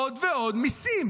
עוד ועוד מיסים.